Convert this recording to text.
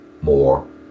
more